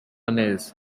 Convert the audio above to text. neza